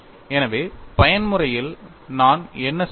எனவே பயன்முறையில் நான் என்ன செய்தேன்